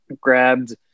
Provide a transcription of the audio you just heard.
grabbed